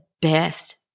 best